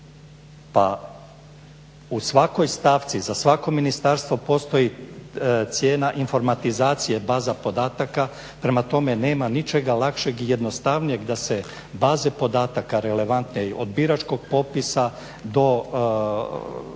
Pa u svakoj stavci za svako ministarstvo postoji cijena informatizacije baza podataka. Prema tome, nema ničega lakšeg i jednostavnijeg da se baze podataka relevantne od biračkog popisa do